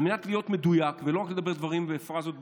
על מנת להיות מדויק ולא רק לדבר דברים ופראזות באוויר: